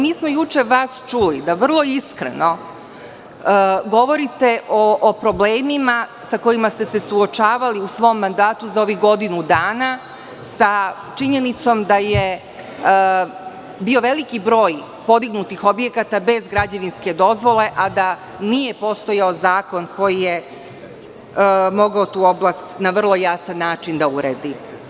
Mi smo juče vas čuli da vrlo iskreno govorite o problemima sa kojima ste se suočavali u svom mandatu za ovih godinu dana, sa činjenicom da je bio veliki broj podignutih objekata bez građevinske dozvole, a da nije postojao zakon koji je mogao tu oblast na vrlo jasan način da uredi.